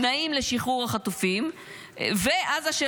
תנאים לשחרור החטופים ועזה,